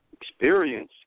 Experience